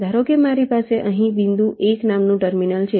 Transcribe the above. ધારો કે મારી પાસે અહીં બિંદુ 1 નામનું ટર્મિનલ છે